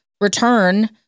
return